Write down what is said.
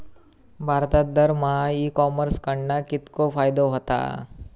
भारतात दरमहा e commerce कडणा कितको फायदो होता?